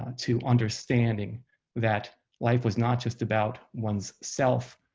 to understanding that life was not just about one's self,